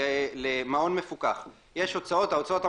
למעון מפוקח יש הוצאות.